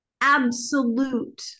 absolute